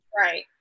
right